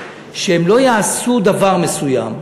שהם לא יעשו דבר מסוים,